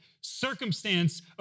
circumstance